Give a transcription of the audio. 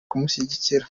kumushyigikira